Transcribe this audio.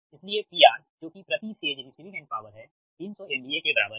इसलिए PR जो कि प्रति फेज रिसीविंग एंड पॉवर है 300 MVA के बराबर है